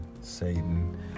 Satan